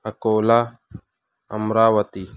Akola Amravati